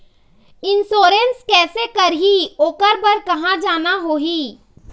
Insurance कैसे करही, ओकर बर कहा जाना होही?